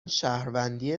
شهروندی